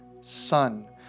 son